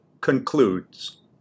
concludes